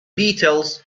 beatles